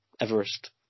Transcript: Everest